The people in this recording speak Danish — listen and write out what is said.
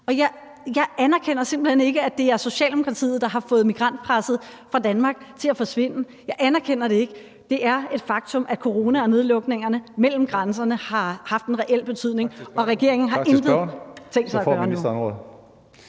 hen ikke, at det er Socialdemokratiet, der har fået migrantpresset på Danmark til at forsvinde. Jeg anerkender det ikke. Det er et faktum, at corona og nedlukningerne mellem grænserne har haft en reel betydning,